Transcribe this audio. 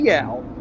out